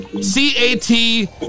C-A-T